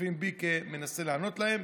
צופים בי מנסה לענות להם,